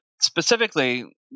specifically